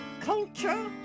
Culture